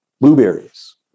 blueberries